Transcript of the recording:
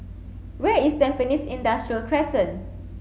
where is Tampines Industrial Crescent